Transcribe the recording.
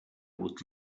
would